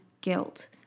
Guilt